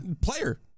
Player